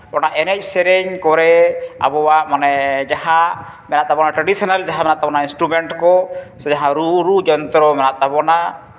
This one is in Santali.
ᱚᱱᱟ ᱮᱱᱮᱡᱼᱥᱮᱨᱮᱧ ᱠᱚᱨᱮᱜ ᱟᱵᱚᱣᱟᱜ ᱢᱟᱱᱮ ᱡᱟᱦᱟᱸ ᱢᱮᱱᱟᱜ ᱛᱟᱵᱚᱱᱟ ᱴᱨᱟᱰᱤᱥᱚᱱᱟᱞ ᱡᱟᱦᱟᱸ ᱢᱮᱱᱟᱜ ᱛᱟᱵᱚᱱᱟ ᱤᱥᱴᱨᱩᱢᱮᱱᱴ ᱠᱚ ᱥᱮ ᱡᱟᱦᱟᱸ ᱨᱩ ᱡᱚᱱᱛᱨᱚ ᱢᱮᱱᱟᱜ ᱛᱟᱵᱚᱱᱟ